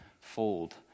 fold